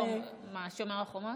שומר החומות?